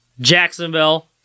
Jacksonville